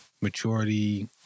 maturity